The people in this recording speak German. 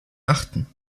achten